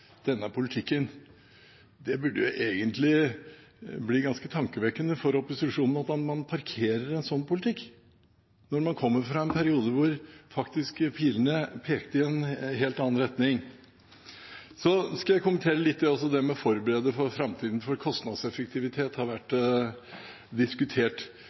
denne politikken. Det burde egentlig være ganske tankevekkende for opposisjonen at man parkerer en sånn politikk, når man kommer fra en periode hvor faktisk pilene pekte i en helt annen retning. Så skal jeg kommentere litt det med å forberede for framtiden, for kostnadseffektivitet har vært diskutert.